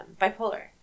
bipolar